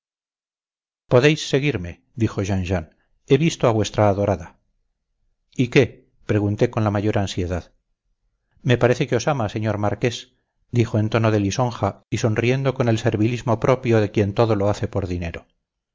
podéis seguirme dijo jean jean he visto a vuestra adorada y qué pregunté con la mayor ansiedad me parece que os ama señor marqués dijo en tono de lisonja y sonriendo con el servilismo propio de quien todo lo hace por dinero